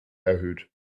erhöht